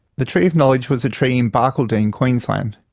the tree of knowledge was a tree in barcaldine, queensland,